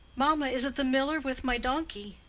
mamma, is it the miller with my donkey?